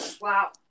wow